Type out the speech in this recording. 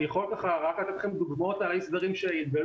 אני יכול רק לתת לכם דוגמאות על אי הסדרים שהתגלו.